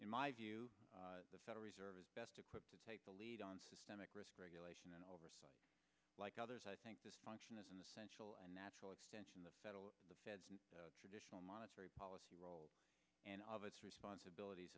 in my view the federal reserve is best equipped to take the lead on systemic risk regulation and oversight like others i think this function is an essential and natural extension the federal the feds and the traditional monetary policy role and of its responsibilities